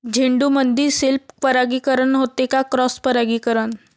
झेंडूमंदी सेल्फ परागीकरन होते का क्रॉस परागीकरन?